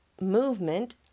movement